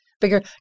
bigger